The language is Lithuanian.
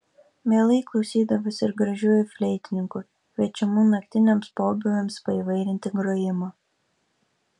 mielai klausydavosi ir gražiųjų fleitininkų kviečiamų naktiniams pobūviams paįvairinti grojimo